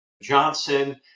Johnson